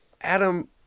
Adam